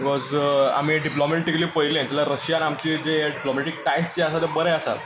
because आमी diplomatically पळयलें जाल्यार रशिया आनी आमची जे डिप्लोमॅटीक टायज जे आसात बरे आसात